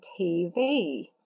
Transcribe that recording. TV